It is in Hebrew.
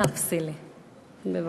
בבקשה.